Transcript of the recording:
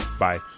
Bye